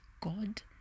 God